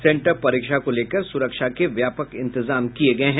sent up परीक्षा को लेकर सुरक्षा के व्यापक इंतजाम किये गये हैं